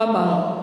למה?